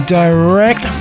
direct